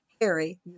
Harry